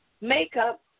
makeup